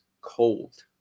cold